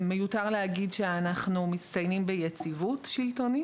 מיותר להגיד שאנחנו מצטיינים ביציבות שלטונית